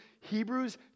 Hebrews